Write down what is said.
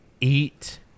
eat